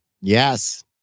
Yes